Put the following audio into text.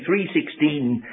3.16